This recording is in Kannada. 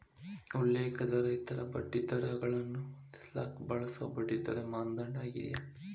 ಉಲ್ಲೇಖ ದರ ಇತರ ಬಡ್ಡಿದರಗಳನ್ನ ಹೊಂದಿಸಕ ಬಳಸೊ ಬಡ್ಡಿದರ ಮಾನದಂಡ ಆಗ್ಯಾದ